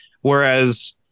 Whereas